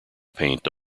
paint